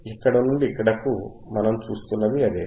ఇక్కడ నుండి ఇక్కడకు మనం చూస్తున్నది ఇదే